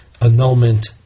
annulment